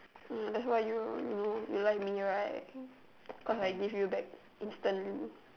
ya that's why you know you like me right because I give you back instantly